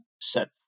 set